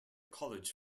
college